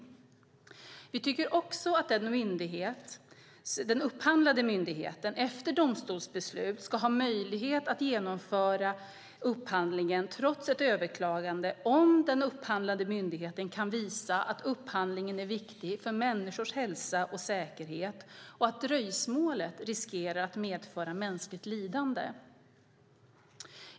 Vi tycker också att den upphandlande myndigheten efter domstolsbeslut ska ha möjlighet att genomföra upphandlingen trots ett överklagande om den upphandlande myndigheten kan visa att upphandlingen är viktig för människors hälsa och säkerhet och att dröjsmålet riskerar att medföra mänskligt lidande.